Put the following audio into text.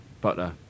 butter